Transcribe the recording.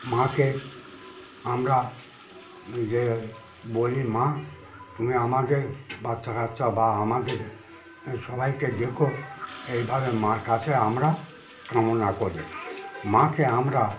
মাকে আমরা যে বলি মা তুমি আমাদের বাচ্চা কাচ্চা বা আমাদের সবাইকে দেখো এইভাবে মার কাছে আমরা কামনা করি মাকে আমরা